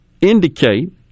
indicate